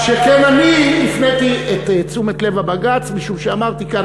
שכן אני הפניתי את תשומת לב הבג"ץ משום שאמרתי כאן,